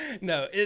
No